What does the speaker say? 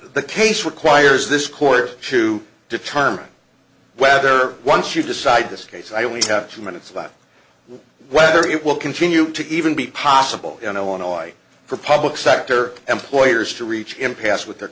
the case requires this court to determine whether once you decide this case i only have two minutes about whether it will continue to even be possible you know on oil for public sector employers to reach impasse with their